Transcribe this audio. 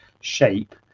shape